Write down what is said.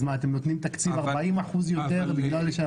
אז אתם נותנים 40% יותר תקציב?